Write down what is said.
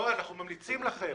אנחנו ממליצים לכם.